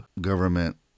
government